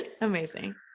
Amazing